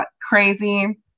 crazy